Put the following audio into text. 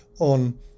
on